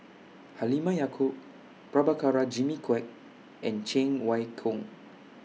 Halimah Yacob Prabhakara Jimmy Quek and Cheng Wai Keung